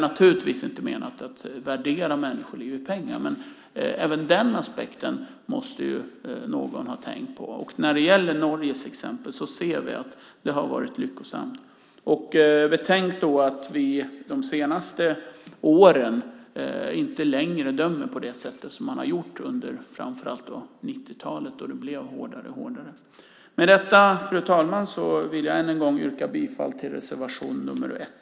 Avsikten är inte att värdera människoliv i pengar, men även denna aspekt måste man tänka på. När det gäller Norge ser vi att det har varit lyckosamt. Betänk också att vi de senaste åren inte har dömt på det sätt som man gjorde under framför allt 90-talet då det blev hårdare och hårdare. Med detta, fru talman, vill jag än en gång yrka bifall till reservation nr 1.